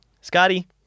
scotty